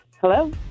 Hello